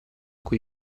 cui